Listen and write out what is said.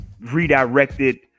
redirected